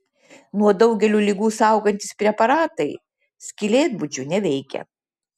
nuo daugelio ligų saugantys preparatai skylėtbudžių neveikia